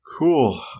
Cool